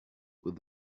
with